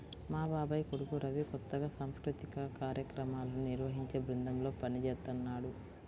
మా బాబాయ్ కొడుకు రవి కొత్తగా సాంస్కృతిక కార్యక్రమాలను నిర్వహించే బృందంలో పనిజేత్తన్నాడు